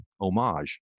homage